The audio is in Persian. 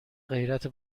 غیرت